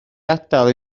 adael